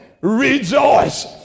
rejoice